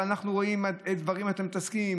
אנחנו רואים באילו דברים אתם מתעסקים,